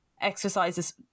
exercises